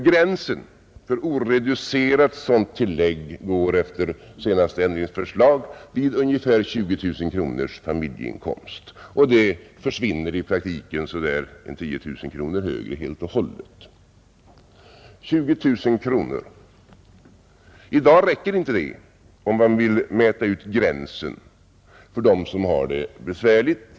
Gränsen för oreducerat sådant tillägg går efter det senaste ändringsförslaget vid ungefär 20 000 kronors familjeinkomst och tillägget försvinner i praktiken helt och hållet vid en inkomst som är ca 10 000 kronor högre. 20 000 kronor — i dag räcker inte det om man vill dra gränsen för dem som har det besvärligt.